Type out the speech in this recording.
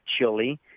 chili